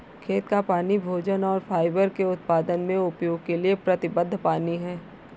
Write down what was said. खेत का पानी भोजन और फाइबर के उत्पादन में उपयोग के लिए प्रतिबद्ध पानी है